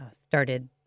started